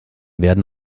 werden